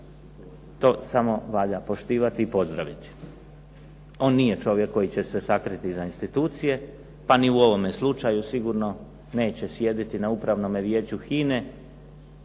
to samo valja poštivati i pozdraviti. On nije čovjek koji će se sakriti iza institucije, pa ni u ovome slučaju sigurno neće sjediti na Upravnome vijeću HINA-e